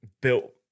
built